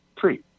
Three